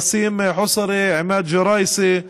וסים חוצרי, עימאד ג'ראיסי,